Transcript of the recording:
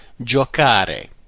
Giocare